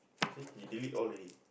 see he delete all already